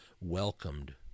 welcomed